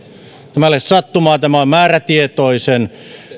ole sattumaa tämä on määrätietoisen